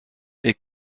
est